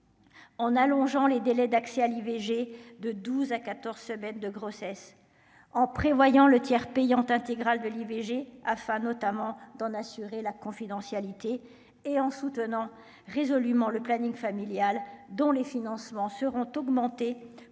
en allongeant les délais d'accès à l'IVG de 12 à 14 semaines de grossesse en prévoyant le tiers payant intégral de l'IVG, afin notamment d'en assurer la confidentialité et en soutenant résolument le planning familial dont les financements seront augmentés pour